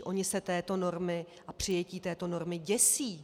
Oni se této normy a přijetí této normy děsí.